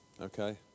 Okay